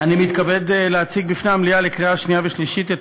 מתכבד להציג בפני המליאה לקריאה השנייה והשלישית את